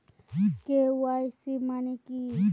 KYC মানে কি?